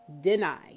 denied